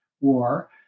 war